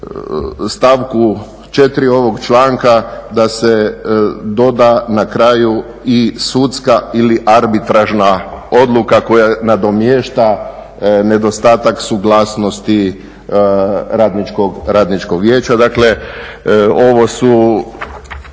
stavku 4. ovog članka da se doda na kraju i sudska ili arbitražna odluka koja nadomješta nedostatak suglasnosti Radničkog vijeća. Dakle, ovo su